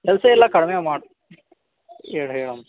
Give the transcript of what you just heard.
ಕೆಲಸ ಎಲ್ಲ ಕಡಿಮೆ ಮಾಡಿ ಹೇಳು ಹೇಳಮ್ಮ